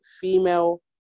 female